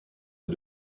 est